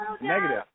Negative